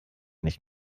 nicht